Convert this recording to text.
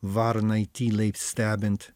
varnai tyliai stebint